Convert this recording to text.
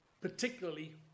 particularly